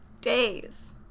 days